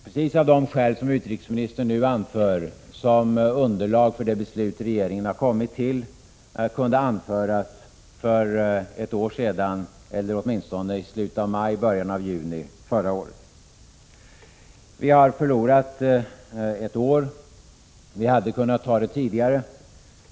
Precis de skäl som utrikesministern nu anför, som underlag för det beslut regeringen har kommit till, kunde anföras för ett år sedan, eller åtminstone i slutet av maj och i början av juni förra året. Vi har förlorat ett år — vi hade kunnat fatta beslutet tidigare.